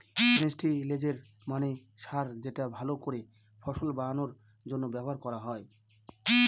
ফেস্টিলিজের মানে সার যেটা ভাল করে ফসল ফলানোর জন্য ব্যবহার করা হয়